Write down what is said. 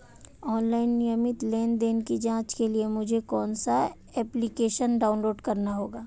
Online नियमित लेनदेन की जांच के लिए मुझे कौनसा एप्लिकेशन डाउनलोड करना होगा?